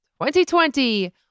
2020